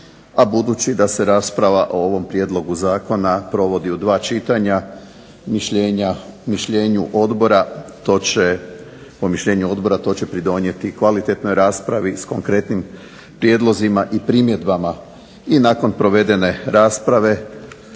a budući da se rasprava o ovom prijedlogu zakona provodi u dva čitanja po mišljenju odbora to će pridonijeti kvalitetnoj raspravi s konkretnim prijedlozima i primjedbama. I nakon provedene rasprave